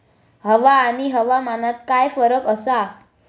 हवा आणि हवामानात काय फरक असा?